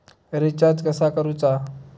Recharge कसा करूचा?